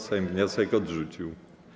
Sejm wniosek odrzucił.